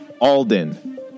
Alden